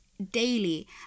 daily